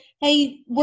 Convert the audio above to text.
Hey